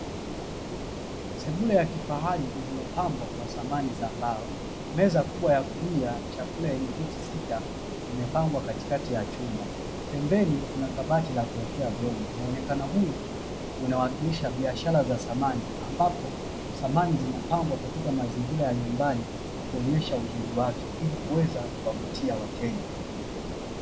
Sebule ya kifahari iliyopambwa kwa samani za mbao meza kubwa ya kulia chakula yenye viti sita imepangwa katikati ya chumba, pembeni kuna kabati la kuwekea vyombo. Mwonekano huu unawakilisha biashara za samani ambapo samani zinapangwa katika mazingira ya nyumbani kuonyesha uzuri wake ili kuweza kuwavutia wateja.